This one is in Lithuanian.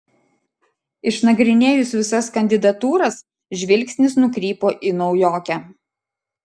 išnagrinėjus visas kandidatūras žvilgsnis nukrypo į naujokę